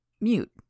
Mute